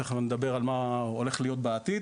תיכף נדבר על מה הולך להיות בעתיד,